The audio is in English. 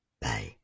Bye